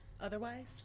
otherwise